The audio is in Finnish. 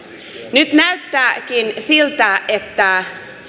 nyt näyttääkin siltä että